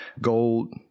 gold